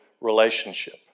relationship